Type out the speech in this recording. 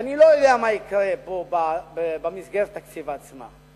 אני לא יודע מה יקרה פה במסגרת התקציב עצמה.